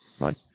bye